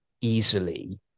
easily